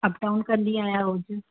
कमु कंदी आहियां हुते